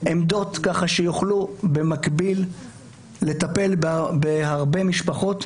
לעמדות שיוכלו במקביל לטפל בהרבה משפחות.